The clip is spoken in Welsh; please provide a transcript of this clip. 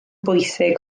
bwysig